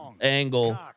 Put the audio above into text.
angle